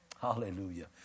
Hallelujah